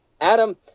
Adam